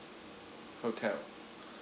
hotel